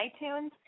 iTunes